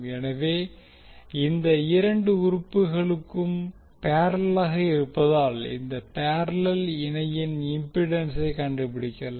எனவே இத இரண்டு உறுப்புகளுக்கும் பேரலெளாக இருப்பதால் இந்த பேரலல் இணையின் இம்பிடன்ஸை கண்டுபிடிக்கலாம்